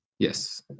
Yes